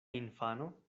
infano